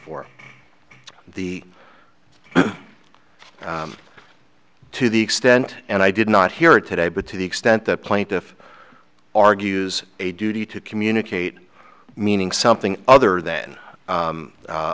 for the to the extent and i did not hear it today but to the extent that plaintiff argues a duty to communicate meaning something other than u